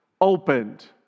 opened